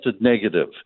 negative